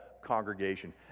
congregation